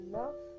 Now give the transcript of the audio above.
love